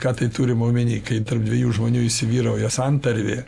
ką tai turima omeny kai tarp dviejų žmonių įsivyrauja santarvė